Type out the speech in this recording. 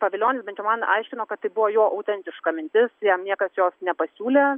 pavilionis bent jau man aiškino kad tai buvo jo autentiška mintis jam niekas jos nepasiūlė